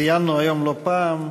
שציינו היום לא פעם,